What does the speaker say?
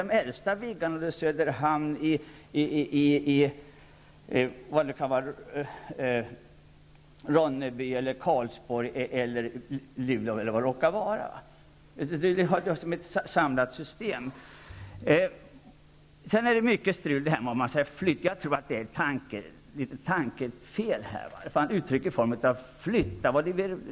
De äldsta Viggenplanen finns i Söderhamn, Ronneby, Karlsborg, Luleå osv., och de ingår i ett samlat system. Man gör sig vidare skyldig till ett tankefel när man talar om att flytta förband.